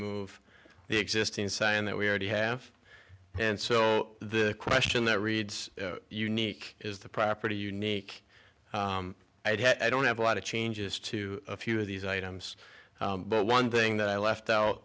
move the existing scion that we already have and so the question that reads unique is the property unique i don't have a lot of changes to a few of these items but one thing that i left